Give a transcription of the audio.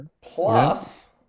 plus